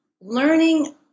learning